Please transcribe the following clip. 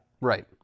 Right